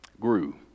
grew